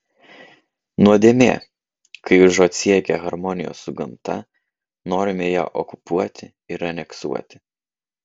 nuodėmė kai užuot siekę harmonijos su gamta norime ją okupuoti ir aneksuoti